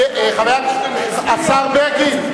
השר בגין,